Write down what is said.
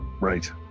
Right